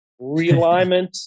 realignment